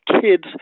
kids